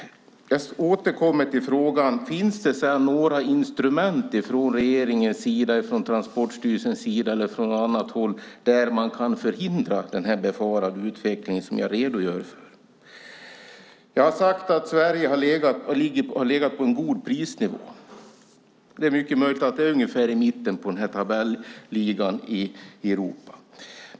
Jag återkommer till frågan: Finns det några instrument från regeringens eller Transportstyrelsens sida eller från annat håll som kan förhindra den befarade utveckling som jag har redogjort för? Jag sade att Sverige ligger på en god prisnivå. Det är möjligt att det är i mitten på tabellen för Europa.